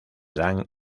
dan